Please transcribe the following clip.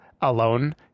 alone